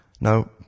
Now